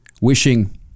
wishing